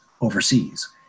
overseas